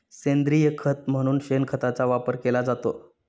सेंद्रिय खत म्हणून शेणखताचा वापर केला जातो